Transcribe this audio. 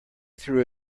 threw